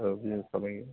औ बुजिखालाङो